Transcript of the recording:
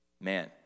Man